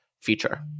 feature